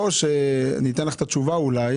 או אתן לך את התשובה אולי